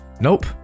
Nope